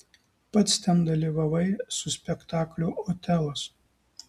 pats ten dalyvavai su spektakliu otelas